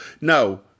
no